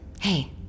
hey